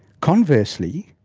conversely,